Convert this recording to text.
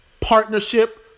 partnership